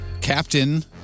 Captain